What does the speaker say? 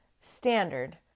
standard